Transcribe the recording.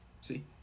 see